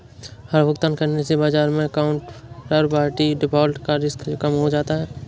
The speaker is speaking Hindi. हर भुगतान करने से बाजार मै काउन्टरपार्टी डिफ़ॉल्ट का रिस्क कम हो जाता है